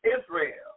Israel